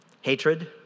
Hatred